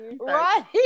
Right